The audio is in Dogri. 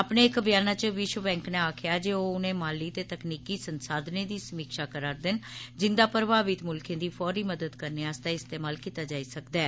अपने इक ब्याना च विश्वबैंक नै आक्खेया ऐ जे ओह उनें माली ते तकनीकी संसाधनें दी समीक्षा करा रदे न जिन्दा प्रभावित मुल्खें दी फौरी मदद करने आस्तै इस्तेमाल कीता जाई सकदा ऐ